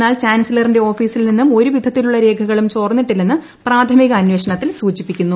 എന്നാൽ ചാൻസിലറിന്റെ ഓഫീസിൽ നിന്നും ഒരു വിധത്തിലുള്ള രേഖകളും ചോർന്നിട്ടില്ലെന്ന് പ്രാഥമിക അന്വേഷണത്തിൽ സൂചിപ്പിക്കുന്നു